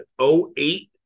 08